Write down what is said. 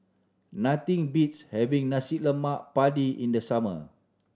nothing beats having lemak padi in the summer